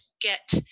get